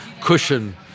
cushion